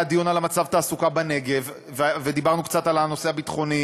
דיון על מצב התעסוקה בנגב ודיברנו קצת על הנושא הביטחוני,